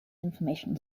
information